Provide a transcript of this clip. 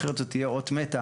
אחרת זאת תהיה אות מתה.